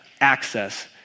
access